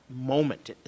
moment